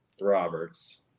Roberts